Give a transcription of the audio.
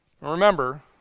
Remember